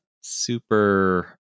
super